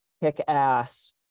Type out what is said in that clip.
kick-ass